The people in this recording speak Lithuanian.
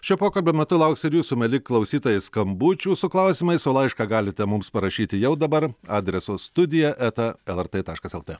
šio pokalbio metu lauksiu ir jūsų mieli klausytojai skambučių su klausimais o laišką galite mums parašyti jau dabar adresu studija eta lrt taškas lt